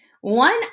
One